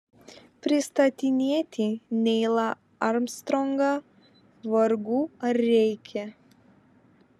pristatinėti neilą armstrongą vargu ar reikia